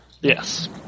Yes